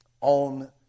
on